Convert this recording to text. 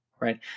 right